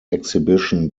exhibition